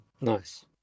Nice